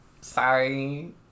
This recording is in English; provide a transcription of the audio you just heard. Sorry